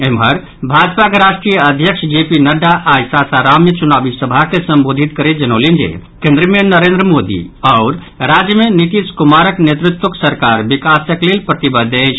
एम्हर भाजपाक राष्ट्रीय अध्यक्ष जे पी नड्डा आई सासाराम मे चुनावी सभा के संबोधित करैत जनौलनि जे केन्द्र मे नरेन्द्र मोदी आओर राज्य मे नीतीश कुमारक नेतृत्वक सरकार विकासक लेल प्रतिबद्ध अछि